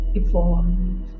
evolve